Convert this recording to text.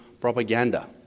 propaganda